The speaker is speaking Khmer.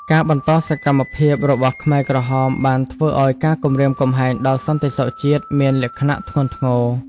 ការបន្តសកម្មភាពរបស់ខ្មែរក្រហមបានធ្វើឱ្យការគំរាមកំហែងដល់សន្តិសុខជាតិមានលក្ខណៈធ្ងន់ធ្ងរ។